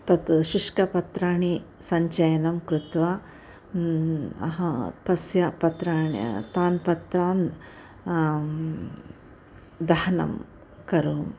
तत् शुष्कपत्राणि सञ्चयनं कृत्वा अहं तस्य पत्राणि तानि पत्राणि दहनं करोमि